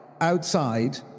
outside